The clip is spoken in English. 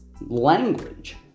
language